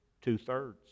two-thirds